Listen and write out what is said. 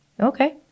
Okay